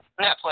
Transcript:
Netflix